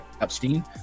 Epstein